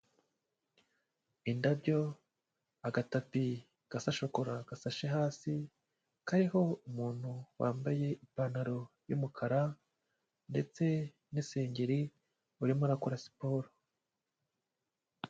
Indabyo, agatapi gasa shokora gasashe hasi kariho umuntu wambaye ipantaro y'umukara ndetse n'isengeri urimo arakora siporo.